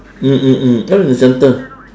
mm mm mm right in the center